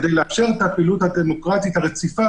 כדי לאפשר את הפעילות הדמוקרטית הרציפה